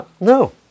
No